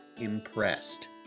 impressed